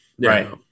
Right